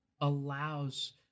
allows